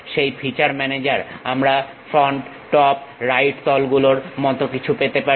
সেই ফিচার ম্যানেজারে আমরা ফ্রন্ট টপ রাইট তলগুলোর মত কিছু পেতে পারি